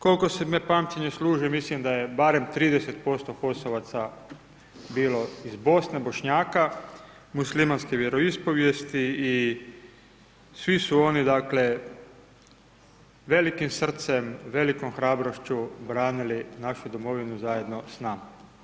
Koliko me pamćenje služi, mislim da je barem 30% HOS-ovaca bilo iz Bosne, Bošnjaka, muslimanske vjeroispovijesti i svi su oni, dakle, velikim srce, velikom hrabrošću branili našu domovinu zajedno s nama.